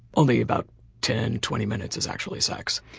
only about ten twenty minutes is actually sex.